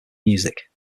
music